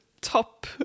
top